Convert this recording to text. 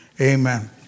amen